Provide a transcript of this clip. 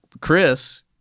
Chris